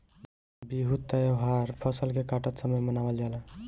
बिहू त्यौहार फसल के काटत समय मनावल जाला